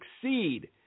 succeed